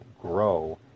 grow